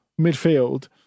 midfield